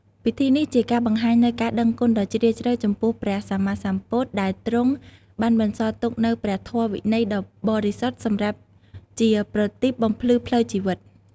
ពិធីនេះជាការបង្ហាញនូវការដឹងគុណដ៏ជ្រាលជ្រៅចំពោះព្រះសម្មាសម្ពុទ្ធ ដែលទ្រង់បានបន្សល់ទុកនូវព្រះធម៌វិន័យដ៏បរិសុទ្ធសម្រាប់ជាប្រទីបបំភ្លឺផ្លូវជីវិត។